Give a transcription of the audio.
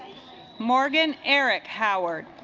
morgan eric howard